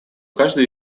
каждый